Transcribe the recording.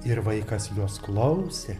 ir vaikas jos klausė